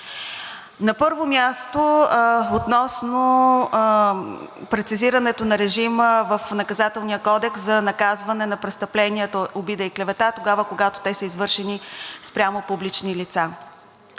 На първо място, относно прецизирането на режима в Наказателния кодекс за наказване на престъпленията обида и клевета тогава, когато те са извършени спрямо публични лица.